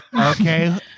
Okay